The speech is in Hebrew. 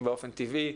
באופן טבעי,